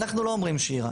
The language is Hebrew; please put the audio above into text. אנחנו לא אומרים שהיא רעה.